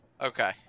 Okay